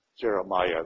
Jeremiah